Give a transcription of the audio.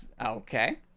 Okay